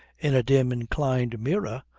in a dim inclined mirror,